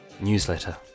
newsletter